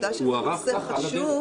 באמת